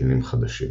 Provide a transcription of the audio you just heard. קנים חדשים.